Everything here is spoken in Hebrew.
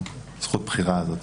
זכות הבחירה הזאת.